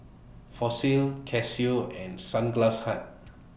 Fossil Casio and Sunglass Hut